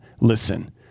Listen